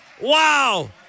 Wow